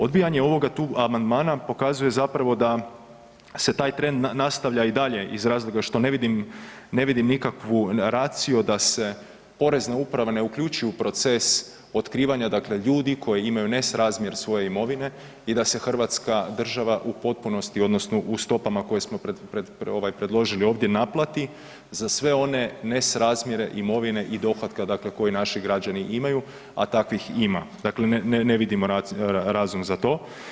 Odbijanje ovoga tu amandmana pokazuje zapravo da se taj trend nastavlja i dalje iz razloga što ne vidim, ne vidim nikakvu raciju da se porezna uprava ne uključuje u proces otkrivanja dakle ljudi koji imaju nesrazmjer svoje imovine i da se hrvatska država u potpunosti odnosno u stopama koje smo ovaj predložili ovdje naplati za sve one nesrazmjere imovine i dohotka dakle koji naši građani imaju, a takvih ima, dakle, ne vidimo razum za to.